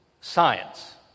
science